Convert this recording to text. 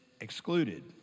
excluded